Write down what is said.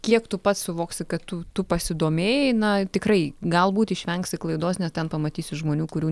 kiek tu pats suvoksi kad tu tu pasidomėjai na tikrai galbūt išvengsi klaidos nes ten pamatysi žmonių kurių